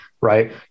right